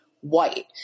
white